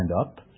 up